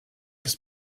ist